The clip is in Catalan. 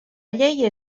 llei